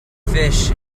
fish